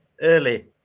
early